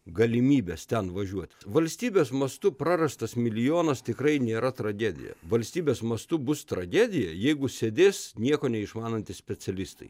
galimybės ten važiuot valstybės mastu prarastas milijonas tikrai nėra tragedija valstybės mastu bus tragedija jeigu sėdės nieko neišmanantys specialistai